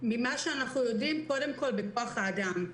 ממה שאנחנו יודעים, קודם כול, בכוח-האדם.